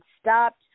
stopped